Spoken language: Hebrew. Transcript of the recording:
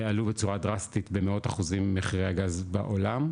עלו בצורה דרסטית במאות אחוזים במחירי הגז בעולם,